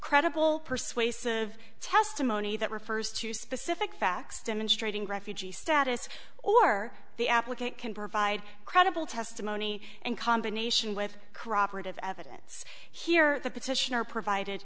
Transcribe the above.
credible persuasive testimony that refers to specific facts demonstrating refugee status or the applicant can provide credible testimony and combination with corroborative evidence here the petitioner provided